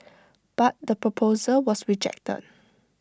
but the proposal was rejected